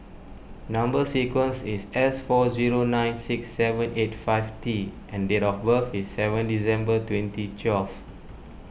Number Sequence is S four zero nine six seven eight five T and date of birth is seven December twenty twelve